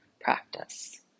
practice